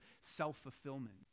self-fulfillment